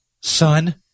son